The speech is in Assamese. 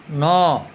ন